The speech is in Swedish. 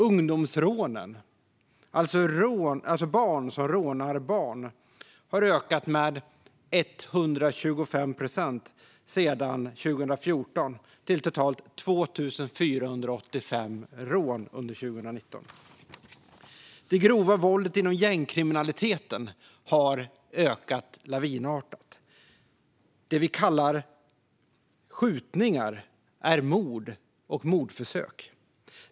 Ungdomsrånen, alltså barn som rånar barn, har ökat med 125 procent sedan 2014 till totalt 2 485 rån under 2019. Det grova våldet inom gängkriminaliteten har ökat lavinartat. Det vi kallar skjutningar är mord och mordförsök.